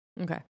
okay